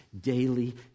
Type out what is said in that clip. Daily